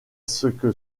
que